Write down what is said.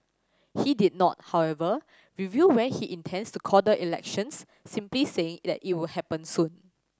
he did not however reveal when he intends to call the elections simply saying that it will happen soon